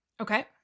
Okay